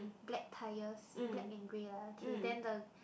black tires black and grey lah okay then the